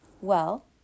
Well